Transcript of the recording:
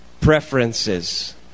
preferences